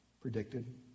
predicted